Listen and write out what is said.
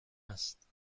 است